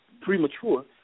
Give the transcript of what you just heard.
premature